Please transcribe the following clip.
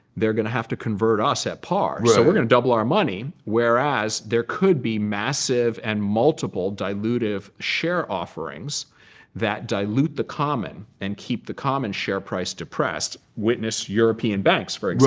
they're going to have to convert us at par. so we're going to double our money, whereas, there could be massive and multiple dilutive share offerings that dilute the common and keep the common share price depressed. witness european banks, for